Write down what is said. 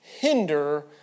hinder